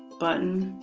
button